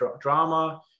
drama